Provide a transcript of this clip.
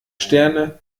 sterne